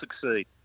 succeed